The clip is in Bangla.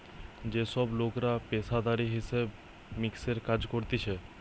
যে সব লোকরা পেশাদারি হিসাব মিক্সের কাজ করতিছে